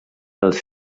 els